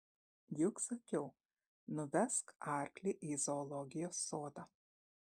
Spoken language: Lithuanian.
juk sakiau nuvesk arklį į zoologijos sodą